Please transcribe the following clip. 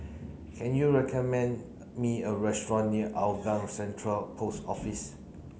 can you recommend me a restaurant near Hougang Central Post Office